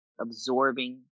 absorbing